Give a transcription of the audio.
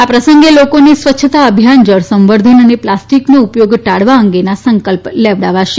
આ પ્રસંગે લોકોને સ્વચ્છતા અભિયાન જળસંવર્ધન અને પ્લાસ્ટીકનો ઉપયોગ ટાળવા સંકલ્પ લેવડાવાશે